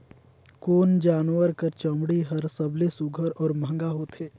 कोन जानवर कर चमड़ी हर सबले सुघ्घर और महंगा होथे?